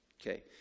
Okay